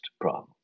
problem